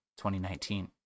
2019